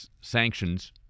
sanctions